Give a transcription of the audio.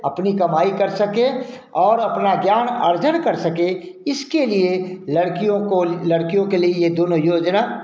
अपनी कमाई कर सकें और अपना ज्ञान अर्जन कर सकें इसके लिए लड़कियों को लड़कियों के लिए ये दोनों योजना